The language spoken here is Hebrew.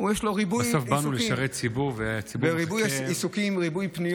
שאלות רבות, שאילתות רבות.